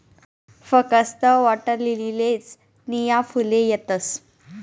फकस्त वॉटरलीलीलेच नीया फुले येतस